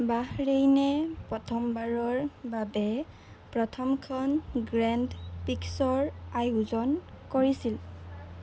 বাহৰেইনে প্ৰথমবাৰৰ বাবে প্ৰথমখন গ্ৰেণ্ড পিক্সৰ আয়োজন কৰিছিল